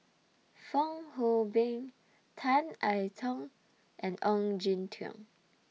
Fong Hoe Beng Tan I Tong and Ong Jin Teong